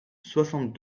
soixante